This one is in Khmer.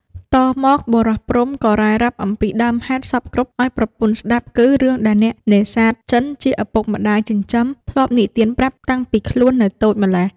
តមក បុរសព្រហ្ម ក៏រ៉ាយរ៉ាប់អំពីដើមហេតុសព្វគ្រប់ឱ្យប្រពន្ធស្តាប់គឺរឿងដែលអ្នកនេសាទចិនជាឪពុកម្តាយចិញ្ចឹម ធ្លាប់និទានប្រាប់តាំងពីខ្លួននៅតូចម្ល៉េះ។